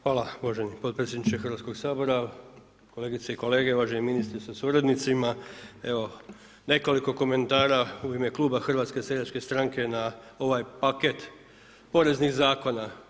Hvala uvaženi podpredsjedniče HS-a, kolegice i kolege, uvaženi ministri sa suradnicima, evo nekoliko komentara u ime kluba HSS-a na ovaj paket poreznih zakona.